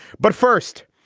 but first,